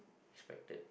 expected